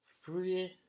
free